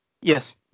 Yes